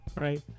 right